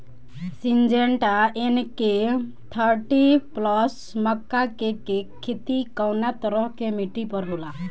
Syngenta NK thirty plus मक्का के के खेती कवना तरह के मिट्टी पर होला?